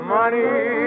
money